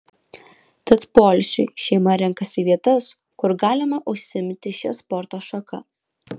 tad poilsiui šeima renkasi vietas kur galima užsiimti šia sporto šaka